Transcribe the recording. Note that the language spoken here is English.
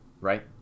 right